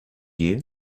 you